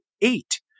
eight